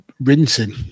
rinsing